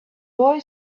boy